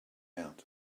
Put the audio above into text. out